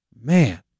Man